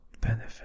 benefit